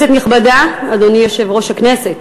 אדוני יושב-ראש הכנסת,